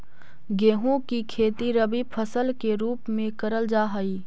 गेहूं की खेती रबी फसल के रूप में करल जा हई